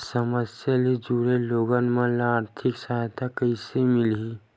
समस्या ले जुड़े लोगन मन ल आर्थिक सहायता कइसे मिलही?